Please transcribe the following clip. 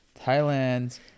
Thailand